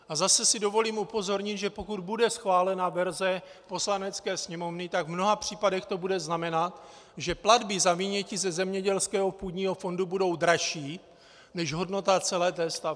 A zase si dovolím upozornit, že pokud bude schválena verze Poslanecké sněmovny, tak v mnoha případech to bude znamenat, že platby za vynětí ze zemědělského půdního fondu budou dražší než hodnota celé té stavby.